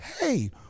hey